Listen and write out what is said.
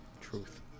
Truth